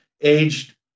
aged